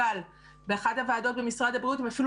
אבל באחת הוועדות במשרד הבריאות הם אפילו